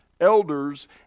elders